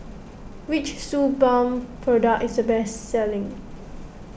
which Suu Balm product is the best selling